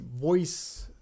voice